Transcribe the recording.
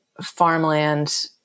Farmland